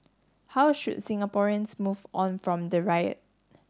how should Singaporeans move on from the riot